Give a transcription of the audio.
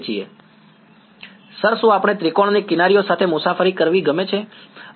વિદ્યાર્થી સર શું આપણે ત્રિકોણની કિનારીઓ સાથે મુસાફરી કરવી ગમે છે સમયનો સંદર્ભ લો 1352